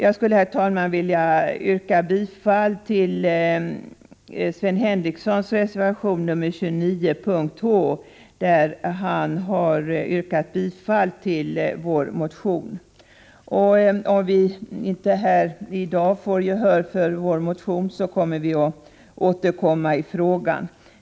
Jag skulle, herr talman, vilja yrka bifall till Sven Henricssons reservation 29 punkt h, där han har yrkat bifall till vår motion. Om vi inte i dag får gehör för vår motion, skall vi återkomma i frågan.